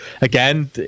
again